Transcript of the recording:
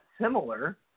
similar